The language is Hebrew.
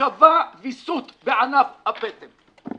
שקבע ויסות בענף הפטם.